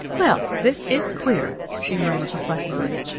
well, this is queer! she murmured reflectively.